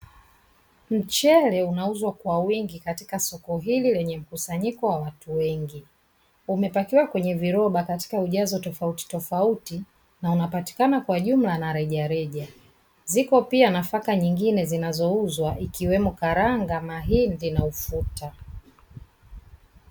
Mchele unauzwa kwa wingi katika soko hili lenye mkusanyiko wa watu wengi, umepakiwa kwenye viroba katika ujazo tofautitofauti na unapatikana kwa jumla na rejareja ziko pia nafaka nyingine zinazouzwa ikiwemo karanga, mahindi na ufuta.